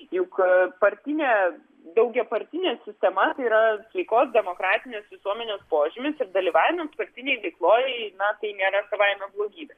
juk partinė daugiapartinė sistema tai yra sveikos demokratinės visuomenės požymis ir dalyvavimas partinėj veikloj na tai nėra savaime blogybė